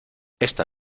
esta